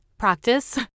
Practice